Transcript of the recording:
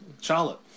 Charlotte